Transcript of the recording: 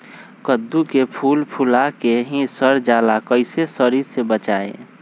कददु के फूल फुला के ही सर जाला कइसे सरी से बचाई?